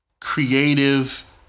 creative